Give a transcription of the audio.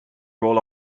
roll